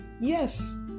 yes